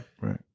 Right